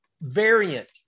variant